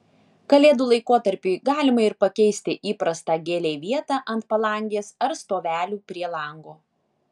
kalėdų laikotarpiui galima ir pakeisti įprastą gėlei vietą ant palangės ar stovelių prie lango